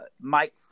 Mike